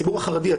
הציבור החרדי,